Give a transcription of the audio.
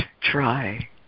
try